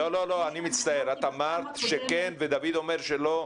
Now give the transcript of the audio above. לא, אני מצטער, את אמרת שכן ודויד אומר שלא.